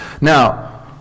Now